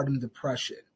depression